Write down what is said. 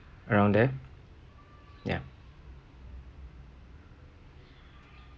around there ya